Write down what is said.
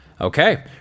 Okay